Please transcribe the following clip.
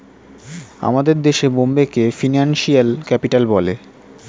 আমাদের দেশে বোম্বেকে ফিনান্সিয়াল ক্যাপিটাল বলে